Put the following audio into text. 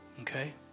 Okay